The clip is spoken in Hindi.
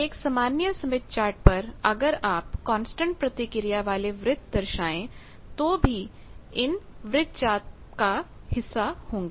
एक सामान्य स्मिथ चार्ट पर अगर आप कांस्टेंट प्रतिक्रिया वाले वृत्त दर्शाए तो भी इन वृत्तचाप का हिस्सा होंगे